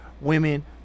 Women